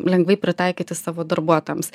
lengvai pritaikyti savo darbuotojams